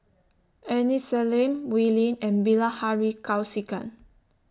Aini Salim Wee Lin and Bilahari Kausikan